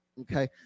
Okay